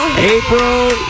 April